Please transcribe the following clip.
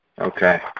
okay